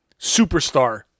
superstar